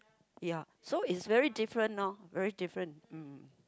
ya so is very different lor very different mm